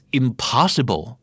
impossible